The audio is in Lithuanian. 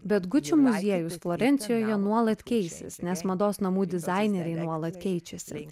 bet gucci muziejus florencijoje nuolat keisis nes mados namų dizaineriai nuolat keičiasi